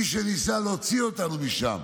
מי שניסה להוציא אותנו משם,